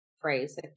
phrase